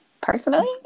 personally